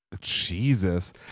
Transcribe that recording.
Jesus